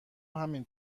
همین